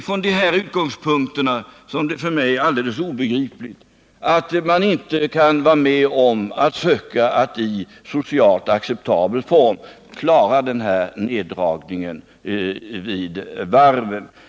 Från dessa utgångspunkter är det för mig helt obegripligt att man inte kan vara med om att i socialt acceptabla former klara denna neddragning vid varven.